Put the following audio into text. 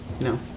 No